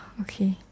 okay